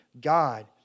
God